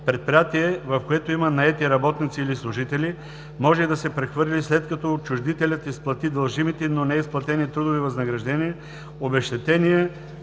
Предприятие, в което има наети работници или служители, може да се прехвърли след като отчуждителят изплати дължимите, но неизплатени трудови възнаграждения, обезщетения,